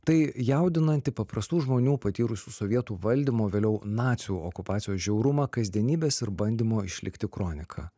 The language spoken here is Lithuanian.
tai jaudinanti paprastų žmonių patyrusių sovietų valdymo vėliau nacių okupacijos žiaurumą kasdienybės ir bandymo išlikti kronika